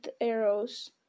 arrows